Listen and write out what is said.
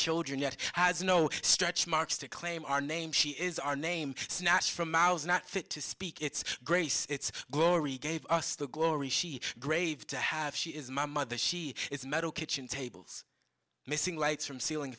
children yet has no stretch marks to claim our name she is our name snatched from our not fit to speak its grace its glory gave us the glory she grave to have she is my mother she is a metal kitchen tables missing lights from ceiling